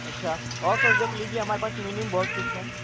अच्छा और सर देख लीजिये हमारे पास मीन्यू में बहुत कुछ है